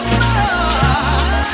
more